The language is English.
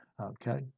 Okay